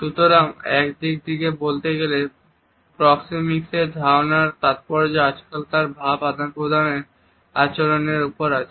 সুতরাং একদিক দিয়ে বলতে গেলে প্রক্সেমিকসের ধারণার তাৎপর্য আজকালকার ভাব আদান প্রদানের আচরণের ওপর আছে